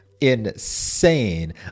insane